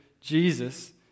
Jesus